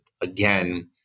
again